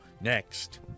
next